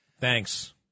Thanks